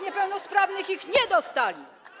niepełnosprawnych ich nie dostali.